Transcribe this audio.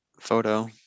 photo